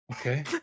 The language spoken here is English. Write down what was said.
Okay